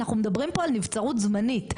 אנחנו מדברים פה על נבצרות זמנית,